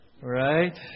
Right